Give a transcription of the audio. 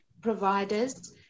providers